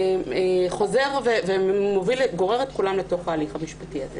הפוגע חוזר וגורר את כולם לתוך ההליך המשפטי הזה.